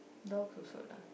dog also lah